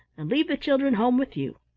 and leave the children home with you.